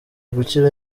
gukira